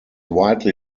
widely